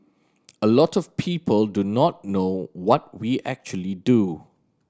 a lot of people do not know what we actually do